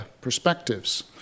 perspectives